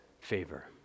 favor